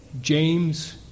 James